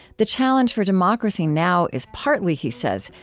the challenge for democracy now is partly, he says,